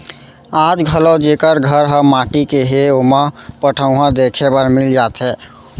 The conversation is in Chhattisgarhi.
आज घलौ जेकर घर ह माटी के हे ओमा पटउहां देखे बर मिल जाथे